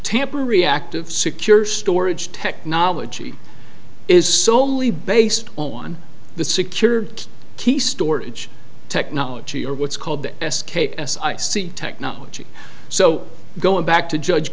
tamper reactive secure storage technology is solely based on the secured key storage technology or what's called s k s i see technology so going back to judge